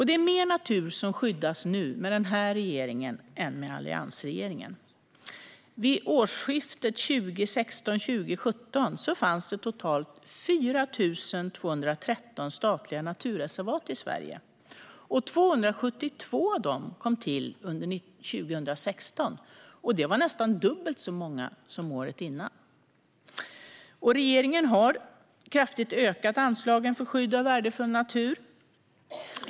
Det är mer natur som skyddas nu, med denna regering, än med alliansregeringen. Vid årsskiftet 2016-2017 fanns det totalt 4 213 statliga naturreservat i Sverige. 272 av dem kom till under 2016. Det var nästan dubbelt så många som året innan. Regeringen har kraftigt ökat anslagen för skydd av värdefull natur.